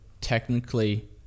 technically